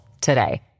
today